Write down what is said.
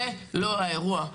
זה לא האירוע,